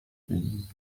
udi